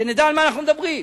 שנדע על מה אנחנו מדברים.